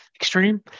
extreme